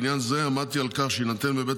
בעניין זה עמדתי על כך שיינתן בבית